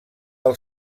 del